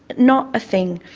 not a thing.